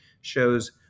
shows